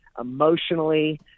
emotionally